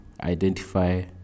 identify